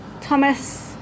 Thomas